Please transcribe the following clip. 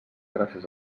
gràcies